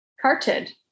carted